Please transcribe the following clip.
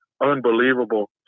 unbelievable